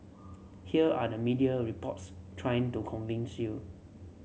here are the media reports trying to convince you